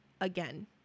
again